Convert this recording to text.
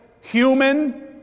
human